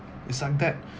is like that